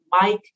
Mike